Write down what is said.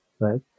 right